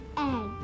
Egg